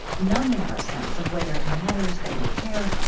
numbing our sense of whether it matters that we care,